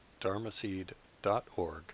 dharmaseed.org